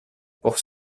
pour